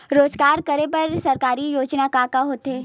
रोजगार करे बर सरकारी योजना का का होथे?